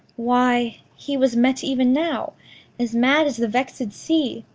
why, he was met even now as mad as the vex'd sea,